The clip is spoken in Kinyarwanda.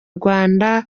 rwanda